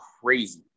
crazy